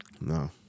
No